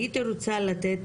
הייתי רוצה לתת